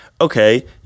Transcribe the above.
Okay